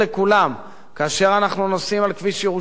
כאשר אנחנו נוסעים על כביש ירושלים תל-אביב